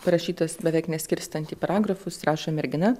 parašytas beveik neskirstant į paragrafus rašo mergina